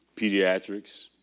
pediatrics